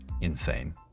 insane